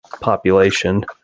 population